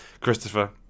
Christopher